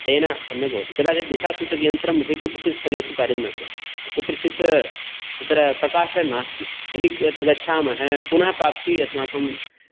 तेन सम्यक् भवति कदाचित् दिशासूचकयन्त्रमपि कुत्रचित् स्थलेषु कार्यं न करोति कुत्रचित् तत्र प्रकाशः नास्ति यदि तत्र गच्छामः पुनः प्राप्ति अस्माकं